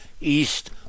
east